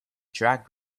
drag